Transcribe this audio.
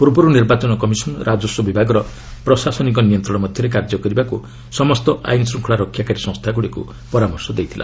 ପୂର୍ବରୁ ନିର୍ବାଚନ କମିଶନ୍ ରାଜସ୍ୱ ବିଭାଗର ପ୍ରଶାସନିକ ନିୟନ୍ତ୍ରଣ ମଧ୍ୟରେ କାର୍ଯ୍ୟ କରିବାକୁ ସମସ୍ତ ଆଇନ୍ ଶୃଙ୍ଖଳା ରକ୍ଷାକାରୀ ସଂସ୍ଥାଗୁଡ଼ିକୁ ପରାମର୍ଶ ଦେଇଥିଲା